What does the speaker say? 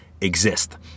exist